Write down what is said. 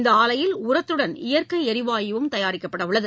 இந்த ஆலையில் உரத்துடன் இயற்கை எரிவாயுவும் தயாரிக்கப்படவுள்ளது